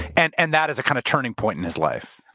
and and that is a kind of turning point in his life.